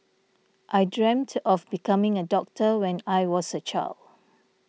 I dreamt of becoming a doctor when I was a child